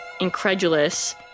incredulous